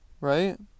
Right